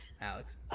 Alex